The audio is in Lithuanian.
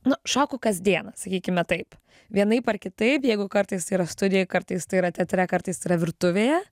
nu šoku kas dieną sakykime taip vienaip ar kitaip jeigu kartais tai yra studijoj kartais tai yra teatre kartais tai yra virtuvėje